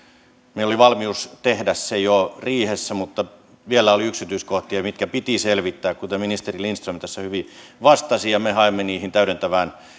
meillä oli valmius tehdä se jo riihessä mutta vielä oli yksityiskohtia mitkä piti selvittää kuten ministeri lindström tässä hyvin vastasi ja me haemme niihin täydentävään